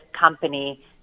company